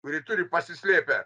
kuri turi pasislėpę